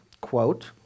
quote